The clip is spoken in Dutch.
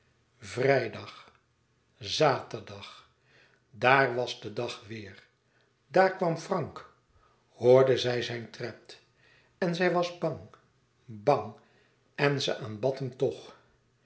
vrijdag zaterdag daar was de dag weêr daar kwam frank hoorde zij zijn tred en zij was bang bang en ze aanbad hem toch